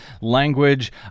language